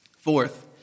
Fourth